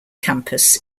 campus